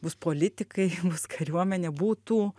bus politikai bus kariuomenė būtų